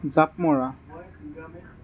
জাঁপ মৰা